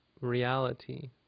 reality